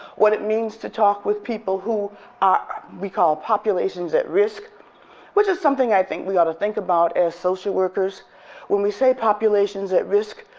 what it means to talk with people who ah we call populations at risk which is something i think we ought to think about as social workers when we say populations at risk,